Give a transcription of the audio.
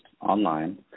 online